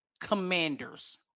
Commanders